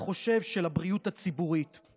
ישיב שר הבריאות לאחר מכן.